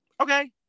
okay